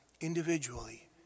Individually